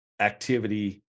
Activity